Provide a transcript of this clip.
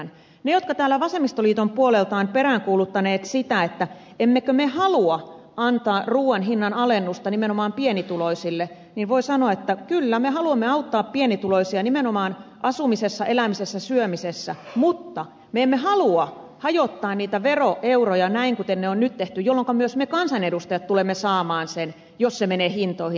niille jotka täällä vasemmistoliiton puolelta ovat peräänkuuluttaneet sitä että emmekö me halua antaa ruuan hinnan alennusta nimenomaan pienituloisille voi sanoa että kyllä me haluamme auttaa pienituloisia nimenomaan asumisessa elämisessä syömisessä mutta me emme halua hajottaa niitä veroeuroja näin kuten on nyt tehty jolloinka myös me kansanedustajat tulemme saamaan sen jos se menee hintoihin